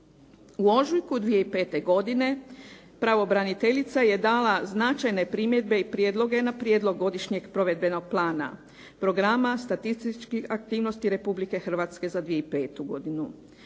U ožujku 2005. godine pravobraniteljica je dala značajne primjedbe i prijedloge na prijedlog godišnjeg provedbenog plana, programa statističkih aktivnosti Republike Hrvatske za 2005. godinu